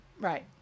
Right